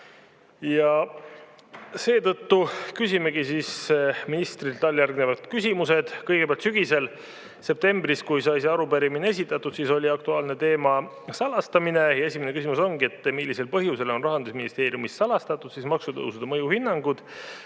Seetõttu küsimegi ministrilt alljärgnevad küsimused. Kõigepealt: sügisel, septembris, kui sai see arupärimine esitatud, oli aktuaalne teema salastamine. Ja esimene küsimus ongi, millisel põhjusel on Rahandusministeeriumis salastatud maksutõusude mõjuhinnangud